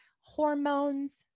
hormones